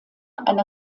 eine